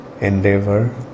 endeavor